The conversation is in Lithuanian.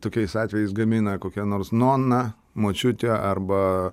tokiais atvejais gamina kokia nors nona močiutė arba